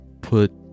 put